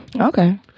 Okay